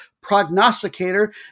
prognosticator